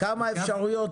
כמה אפשרויות?